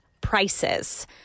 prices